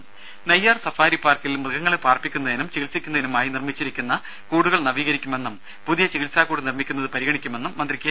രും നെയ്യാർ സഫാരി പാർക്കിൽ മൃഗങ്ങളെ പാർപ്പിക്കുന്നതിനും ചികിത്സിക്കുന്നതിനുമായി നിർമ്മിച്ചിരിക്കുന്ന കൂടുകൾ നവീകരിക്കുമെന്നും പുതിയ ചികിത്സാകൂട് നിർമ്മിക്കുന്നത് പരിഗണിക്കുമെന്നും മന്ത്രി കെ